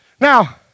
Now